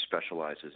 specializes